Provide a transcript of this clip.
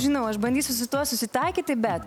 žinau aš bandysiu su tuo susitaikyti bet